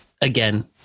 again